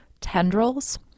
tendrils